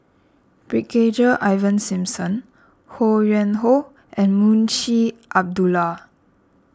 Brigadier Ivan Simson Ho Yuen Hoe and Munshi Abdullah